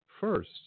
first